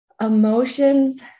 emotions